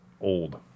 old